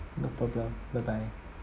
no problem bye bye